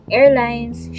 airlines